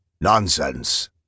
Nonsense